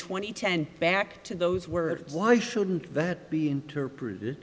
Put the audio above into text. twenty ten back to those words why shouldn't that be interpreted